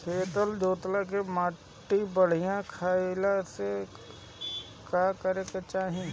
खेत जोतला के बाद माटी बढ़िया कइला ला का करे के चाही?